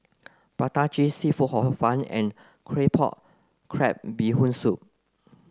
Prata cheese seafood Hor Fun and Claypot crab Bee Hoon soup